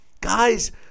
guys